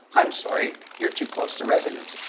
i'm sorry, you're too close to residents.